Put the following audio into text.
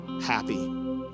happy